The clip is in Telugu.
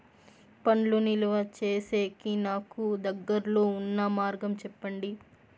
పండ్లు నిలువ సేసేకి నాకు దగ్గర్లో ఉన్న మార్గం చెప్పండి?